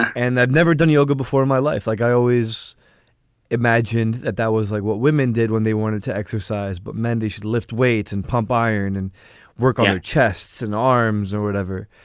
and i've never done yoga before in my life like i always imagined. that that was like what women did when they wanted to exercise. but man, they should lift weights and pump iron and work on our chests and arms or whatever.